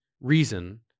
reason